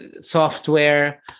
software